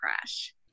crash